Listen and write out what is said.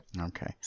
Okay